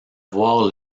voir